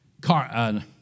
car